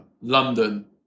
London